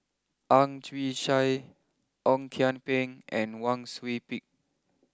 Ang Chwee Chai Ong Kian Peng and Wang Sui Pick